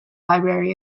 library